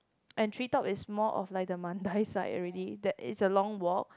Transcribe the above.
and tree top is more of like the Mandai side already that is a long walk